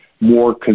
more